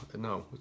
no